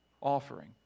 offering